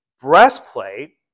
breastplate